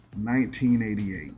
1988